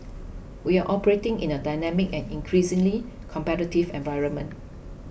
we are operating in a dynamic and increasingly competitive environment